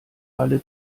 alle